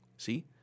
See